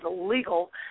illegal